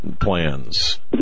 plans